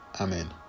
Amen